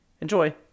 Enjoy